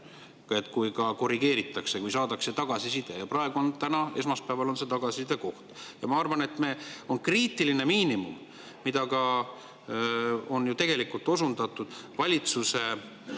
et korrigeeritakse, kui on saadud tagasisidet. Praegu, täna, esmaspäeval on selle tagasiside koht. Ma arvan, et see on kriitiline miinimum, mida ka on ju tegelikult osundatud, valitsuse,